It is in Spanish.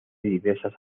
diversas